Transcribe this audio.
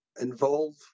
involve